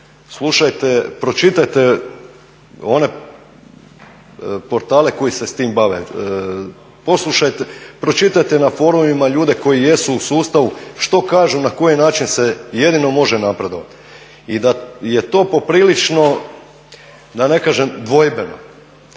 slušajte, pročitajte one portale koji se s tim bave, pročitajte na forumima ljude koji jesu u sustavu što kažu na koji način se jedino može napredovati i da je to poprilično da ne kažem dvojbeno.